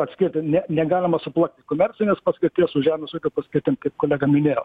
atskirti ne negalima suplakti komercinės paskirties su žemės ūkio paskirtim kaip kolega minėjo